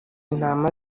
intama